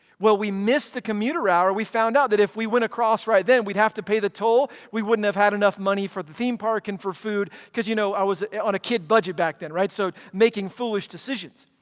well we missed the commuter hour. we found out that if we went across right then, we'd have to pay the toll. we wouldn't have had enough money for the theme park and for food cause, you know, i was on a kid budget back then, right, so making foolish decisions.